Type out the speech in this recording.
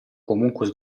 comunque